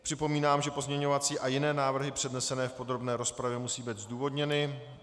Připomínám, že pozměňovací a jiné návrhy přednesené v podrobné rozpravě musí být zdůvodněny.